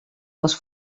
les